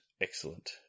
excellent